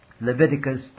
Leviticus